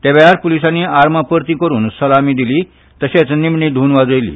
त्यावेळार पुलिसांनी आर्मां परती करून सलामी दिली तशेंच निसती धून वाजयली